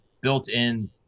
built-in